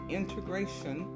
integration